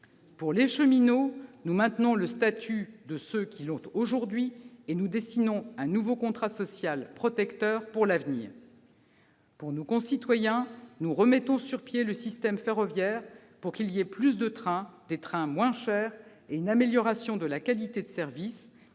les cheminots, nous maintenons le statut pour ceux qui en bénéficient aujourd'hui et nous dessinons un nouveau contrat social protecteur pour l'avenir. En ce qui concerne nos concitoyens, nous remettons sur pied le système ferroviaire, pour qu'il y ait plus de trains, des trains moins chers, et une amélioration de la qualité de service